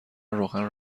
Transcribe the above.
روغن